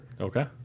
Okay